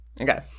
Okay